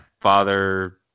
father